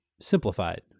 simplified